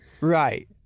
Right